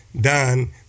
done